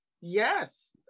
yes